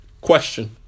question